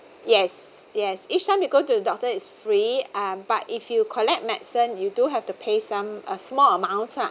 yes yes each time you go to the doctor is free uh but if you collect medicine you do have to pay some a small amount lah